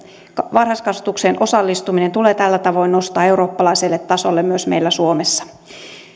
varhaiskasvatukseen osallistuminen tulee tällä tavoin nostaa eurooppalaiselle tasolle myös meillä suomessa